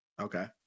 Okay